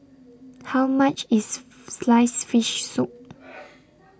How much IS Sliced Fish Soup